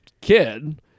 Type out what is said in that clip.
kid